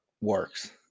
works